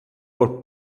por